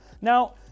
Now